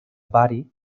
bari